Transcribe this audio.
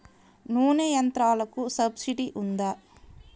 నూనె యంత్రాలకు సబ్సిడీ ఉందా?